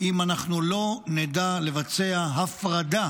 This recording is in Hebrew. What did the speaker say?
אם לא נדע לבצע הפרדה